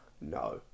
No